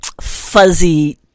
fuzzy